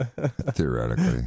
Theoretically